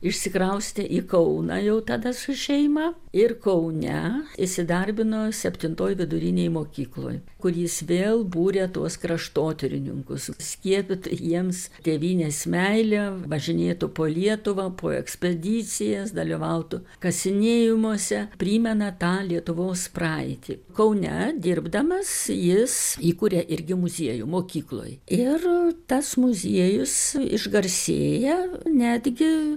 išsikraustė į kauną jau tada su šeima ir kaune įsidarbino septintoj vidurinėj mokykloj kur jis vėl būrė tuos kraštotyrininkus skiepyt jiems tėvynės meilę važinėtų po lietuvą po ekspedicijas dalyvautų kasinėjimuose primena tą lietuvos praeitį kaune dirbdamas jis įkuria irgi muziejų mokykloj ir tas muziejus išgarsėja netgi